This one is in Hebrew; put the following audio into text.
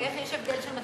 אז איך יש הבדל של 250%?